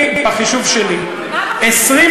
אני, בחישוב שלי, מה בחישוב שלך?